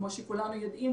כמו שכולנו יודעים,